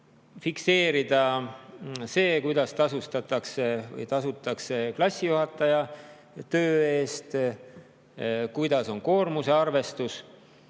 fikseerida see, kuidas tasutakse klassijuhataja töö eest, kuidas [pidada] koormuse arvestust,